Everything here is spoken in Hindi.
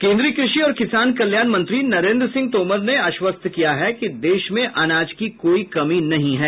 केन्द्रीय कृषि और किसान कल्याण मंत्री नरेन्द्र सिंह तोमर ने आश्वस्त किया है कि देश में अनाज की कोई कमी नहीं है